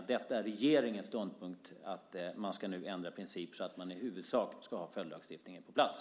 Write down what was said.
Är det regeringens ståndpunkt att man nu ska ändra princip så att man i huvudsak ska ha följdlagstiftningen på plats?